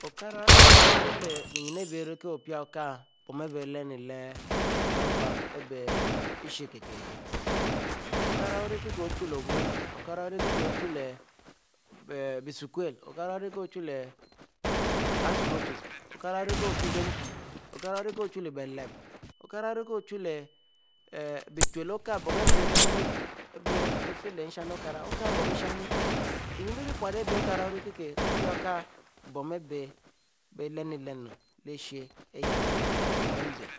Okara orie leh yunne abie okieh pie okich bon-aribie bie lyinnu leh bie mpan, ibie lysheh ikinkin, okara orichie lo-oumu, okara orieh ko-chie leh bie-esulele okara ori k chie leh asumutu okare oriko pie mpi okare ori k chie leh bielep, okara ori k chie leh-bieutue orieh bon ari bie rie beikur, beifie|shing okara, okare ori ko okie bon nishang bie nne bie rie pute ari bie ari bie belernnleh nu irie bon mbe, bie